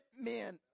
men